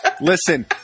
Listen